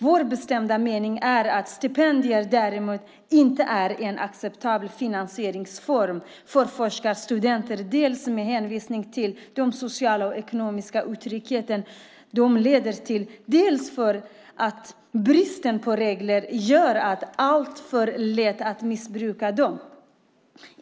Vår bestämda mening är att stipendier inte är en acceptabel finansieringsform för forskarstudenter, dels med hänvisning till den sociala och ekonomiska otrygghet som de leder till, dels för att bristen på regler gör det alltför lätt att missbruka dem.